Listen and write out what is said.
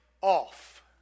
off